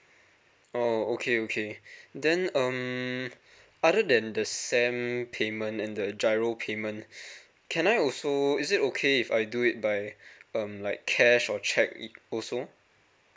oh okay okay then um other than the s a m payment and the giro payment can I also is it okay if I do it by um like cash or check also